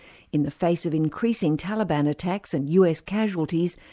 in the face of increasing taliban attacks and us casualties,